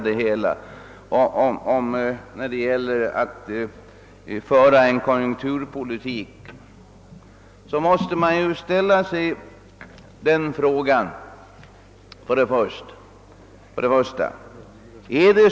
Den nuvarande konjunkturbilden är mycket oviss — vi kan ännu inte överblicka konsekvenserna av devalveringen i England och en del andra länder.